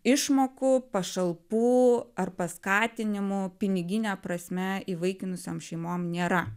išmokų pašalpų ar paskatinimų pinigine prasme įvaikinusiom šeimom nėra